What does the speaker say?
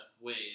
ways